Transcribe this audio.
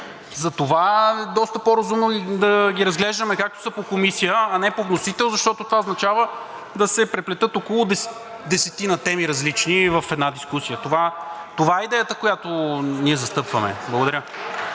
затова е доста по-разумно да ги разглеждаме, както са по Комисия, а не по вносител, защото това означава да се преплетат около десетина различни теми в една дискусия. Това е идеята, която ние застъпваме. Благодаря